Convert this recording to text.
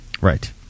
right